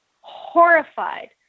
horrified